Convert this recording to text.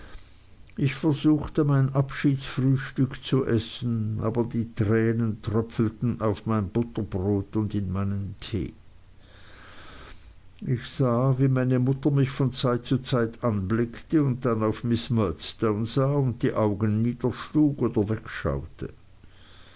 ich versuchte mein abschiedsfrühstück zu essen aber die tränen tröpfelten auf mein butterbrot und in meinen tee ich sah wie meine mutter mich von zeit zu zeit anblickte und dann auf miß murdstone sah und die augen niederschlug oder wegschaute